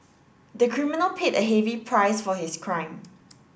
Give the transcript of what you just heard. the criminal paid a heavy price for his crime